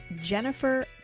Jennifer